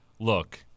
Look